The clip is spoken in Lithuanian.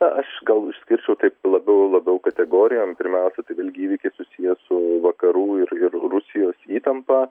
na aš gal išskirčiau taip labiau labiau kategorijom pirmiausia tai vėlgi įvykiai susiję su vakarų ir ir rusijos įtampa